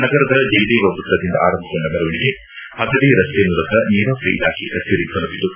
ನಗರದ ಜಯದೇವ ವೃತ್ತದಿಂದ ಆರಂಭಗೊಂಡ ಮೆರವಣಿಗೆ ಹದಡಿ ರಸ್ತೆ ಮೂಲಕ ನೀರಾವರಿ ಇಲಾಖೆ ಕಚೇರಿ ತಲುಪಿತು